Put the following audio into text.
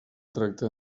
tracte